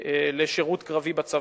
לשירות קרבי בצבא.